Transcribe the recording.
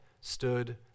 stood